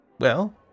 Well